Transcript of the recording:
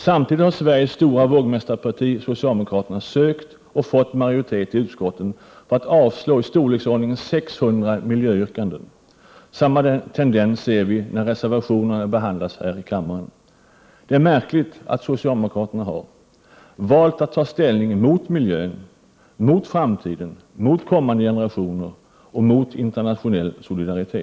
Samtidigt har Sveriges stora vågmästarparti, socialdemokraterna, sökt och fått majoritet i utskotten för att avslå i storleksordningen 600 miljöyrkanden. Samma tendens ser vi när reservationerna behandlas i kammaren. Det är märkligt att socialdemokraterna har valt att ta ställning mot miljön, mot framtiden, mot kommande generationer och mot internationell solidaritet.